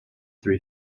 three